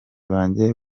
banjye